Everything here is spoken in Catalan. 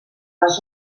les